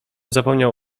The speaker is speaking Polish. zapomniał